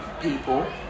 people